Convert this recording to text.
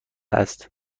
است